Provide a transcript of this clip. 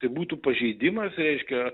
tai būtų pažeidimas reiškia